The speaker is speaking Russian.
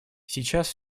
сейчас